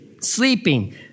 Sleeping